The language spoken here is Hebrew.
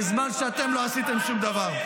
בזמן שאתם לא עשיתם שום דבר.